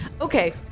Okay